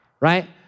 right